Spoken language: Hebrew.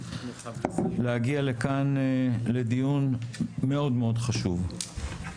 להגיע לכאן לדיון מאוד מאוד חשוב.